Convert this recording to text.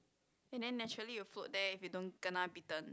and then naturally you will float there if you don't kena bitten